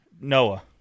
Noah